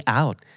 out